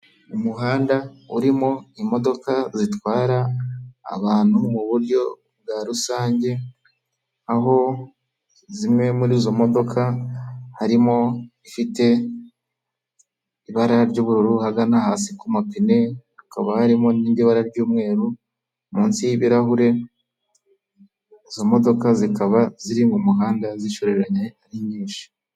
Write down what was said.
Umuhanda urimo imodoka zitwara abantu mu buryo bwa rusange, aho zimwe muri izo modoka harimo ifite ibara ry'ubururu ahagana hasi ku mapine, hakaba harimo n'indi y'ibara ry'umweru munsi y'ibirahure, izo modoka zikaba ziri mu muhanda zishoreranye ari nyinshi.